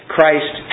Christ